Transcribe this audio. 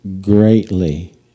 greatly